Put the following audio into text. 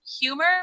humor